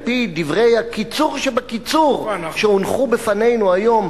על-פי דברי הקיצור שבקיצור שהונחו בפנינו היום,